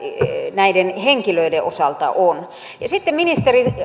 näiden henkilöiden osalta sitten ministeri